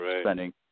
spending